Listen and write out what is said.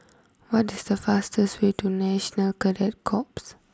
what is the fastest way to National Cadet Corps